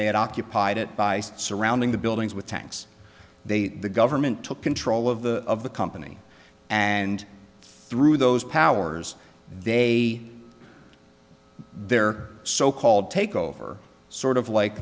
they had occupied it by surrounding the buildings with tax they the government took control of the of the company and through those powers they their so called takeover sort of